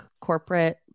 corporate